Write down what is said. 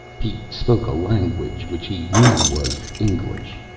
he spoke a language which he knew was english.